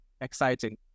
exciting